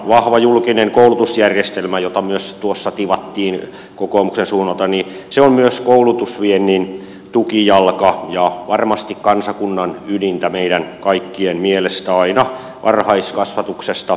vahva julkinen koulutusjärjestelmä jota myös tuossa tivattiin kokoomuksen suunnalta on myös koulutusviennin tukijalka ja varmasti kansakunnan ydintä meidän kaikkien mielestä aina varhaiskasvatuksesta yliopistoihin